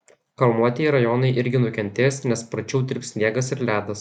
kalnuotieji rajonai irgi nukentės nes sparčiau tirps sniegas ir ledas